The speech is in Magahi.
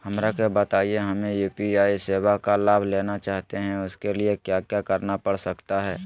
हमरा के बताइए हमें यू.पी.आई सेवा का लाभ लेना चाहते हैं उसके लिए क्या क्या करना पड़ सकता है?